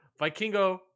Vikingo